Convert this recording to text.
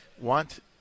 want